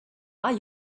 are